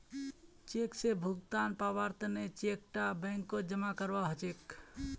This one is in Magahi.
चेक स भुगतान पाबार तने चेक टा बैंकत जमा करवा हछेक